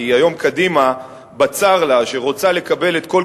כי היום קדימה בצר לה,